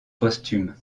posthume